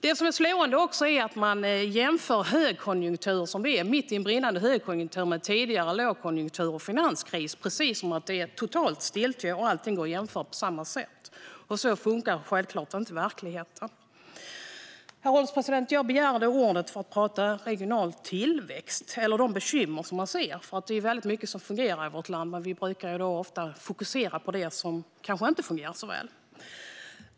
Det är slående att man jämför brinnande högkonjunktur med tidigare lågkonjunktur och finanskris, precis som om det är total stiltje och allt går att jämföra på samma sätt. Så funkar det självklart inte i verkligheten. Herr ålderspresident! Jag begärde ordet för att tala om regional tillväxt eller om de bekymmer som man ser. Det är mycket som fungerar i vårt land, men vi brukar ofta fokusera på det som kanske inte fungerar så väl.